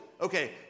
okay